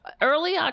Early